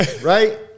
right